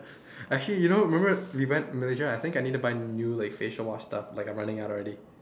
actually you know remember we went Malaysia I think I need to buy like new like facial wash stuff like I'm running out already